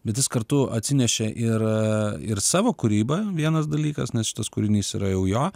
bet jis kartu atsinešė ir ir savo kūrybą vienas dalykas nes šitas kūrinys yra jau jo